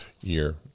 year